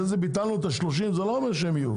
ביטלנו את ה-30, זה לא אומר שהם יהיו.